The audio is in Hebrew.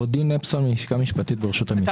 אנחנו עוברים לדיון בפרק ד' (מיסוי בשוק הדיור) סעיפים 5(2) ו-7,